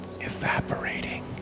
evaporating